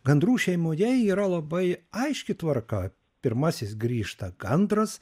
gandrų šeimoje yra labai aiški tvarka pirmasis grįžta gandras